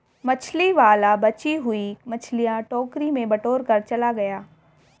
मछली वाला बची हुई मछलियां टोकरी में बटोरकर चला गया